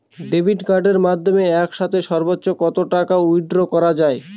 Debit কার্ডের মাধ্যমে একসাথে সর্ব্বোচ্চ কত টাকা উইথড্র করা য়ায়?